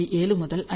7 முதல் 5